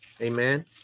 amen